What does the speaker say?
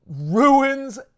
ruins